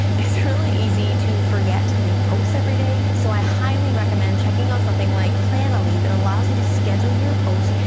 it's really easy to forget to make posts every day, so i highly recommend checking out something like planoly that allows you to schedule your posts,